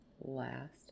Last